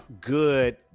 good